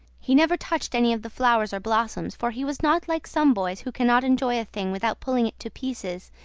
he never touched any of the flowers or blossoms, for he was not like some boys who cannot enjoy a thing without pulling it to pieces,